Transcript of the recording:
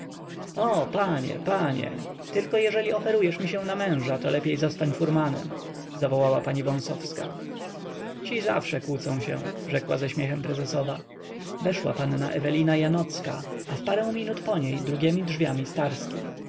o panie panie tylko jeżeli ofiarujesz mi się na męża to lepiej zostań furmanem zawołała pani wąsowska ci zawsze kłócą się rzekła ze śmiechem prezesowa weszła panna ewelina janocka a w parę minut po niej drugiemi drzwiami starski